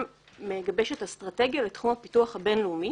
היא מגבשת אסטרטגיה לתחום הפיתוח הבין-לאומי